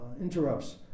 interrupts